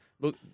look